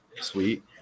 Sweet